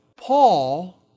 Paul